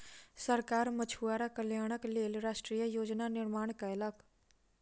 सरकार मछुआरा कल्याणक लेल राष्ट्रीय योजना निर्माण कयलक